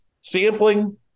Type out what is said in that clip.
Sampling